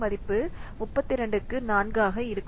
மதிப்பு 32 க்கு 4 ஆக இருக்கும்